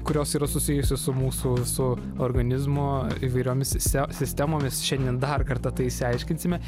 kurios yra susijusios su mūsų visu organizmu įvairiomis sistemomis šiandien dar kartą tai išsiaiškinsime